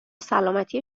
سلامتی